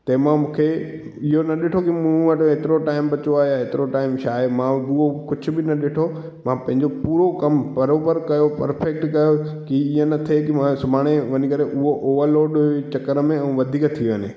तंहिंमां मूंखे इहो न ॾिठो की मूं वटि हेतिरो टाइम बचियो आहे या हेतिरो टाइम छाहे मां उहो कुझु बि न ॾिठो मां पंहिंजो पूरो कमु बरोबरु कयो परफेक्ट कयो की इअं न थिए की मां सुभाणे वञी करे उहो ओवरलोड जे चकर में वधीक थी वञे